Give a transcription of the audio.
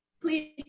please